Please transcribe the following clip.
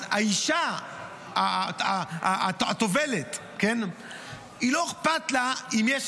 אז האישה, הטובלת, לא אכפת לה אם יש